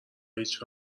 هیچ